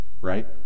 right